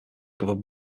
governed